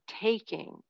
taking